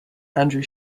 andrew